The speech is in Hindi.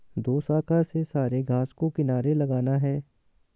दोशाखा से सारे घास को किनारे लगाना है